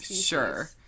Sure